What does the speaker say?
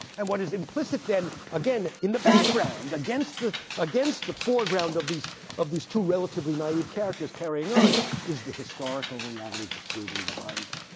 and what is implicit then again in the background against the against the foreground of these of these two relatively naive characters carrying on is the historical reality that's building behind them.